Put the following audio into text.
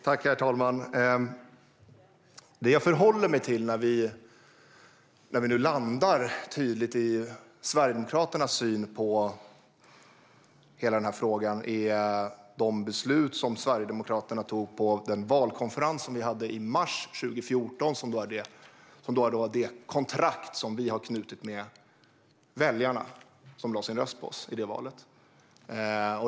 Herr talman! Det jag förhåller mig till när vi nu landar tydligt i Sverigedemokraternas syn på hela den här frågan är det beslut som Sverigedemokraterna tog på den valkonferens som vi hade i mars 2014. Detta är det kontrakt som vi har slutit med väljarna som lade sin röst på oss i valet.